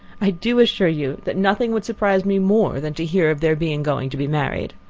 i do assure you that nothing would surprise me more than to hear of their being going to be married.